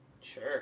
Sure